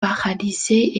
paralysée